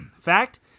Fact